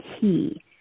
key